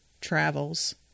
travels